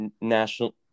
National